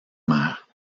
mère